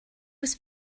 was